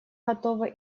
готова